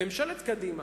ממשלת קדימה,